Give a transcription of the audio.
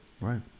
right